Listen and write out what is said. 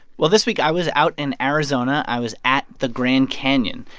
well, this week i was out in arizona. i was at the grand canyon,